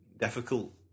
difficult